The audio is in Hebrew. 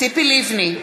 ציפי לבני,